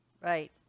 right